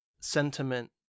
sentiment